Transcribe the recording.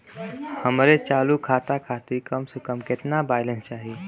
हमरे चालू खाता खातिर कम से कम केतना बैलैंस चाही?